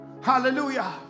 Hallelujah